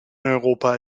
europa